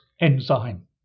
enzyme